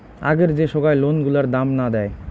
আগের যে সোগায় লোন গুলার দাম না দেয়